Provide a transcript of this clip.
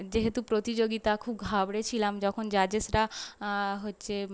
যেহেতু প্রতিযোগিতা খুব ঘাবড়ে ছিলাম যখন জাজেসরা হচ্ছে